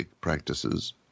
practices